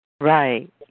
Right